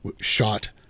shot